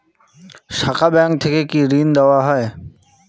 শাখা ব্যাংক থেকে কি ঋণ দেওয়া হয়?